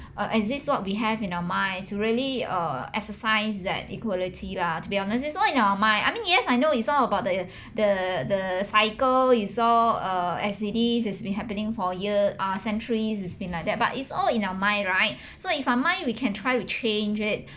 uh exist what we have in our mind to really err exercise that equality lah to be honest it's all in our mind I mean yes I know it's all about the the the cycle you saw uh as it is it's been happening for year uh centuries it's been like that but it's all in our mind right so if our mind we can try to change it